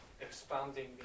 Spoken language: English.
expanding